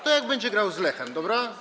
To jak będzie grała z Lechem, dobra?